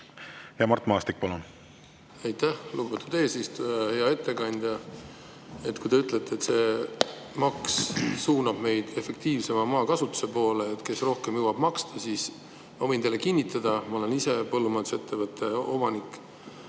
Mart Maastik, palun! Aitäh, lugupeetud eesistuja! Hea ettekandja! Kui te ütlete, et see maks suunab meid efektiivsema maakasutuse poole, et kes rohkem jõuab maksta, siis ma võin teile kinnitada – ma olen ise põllumajandusettevõtte omanik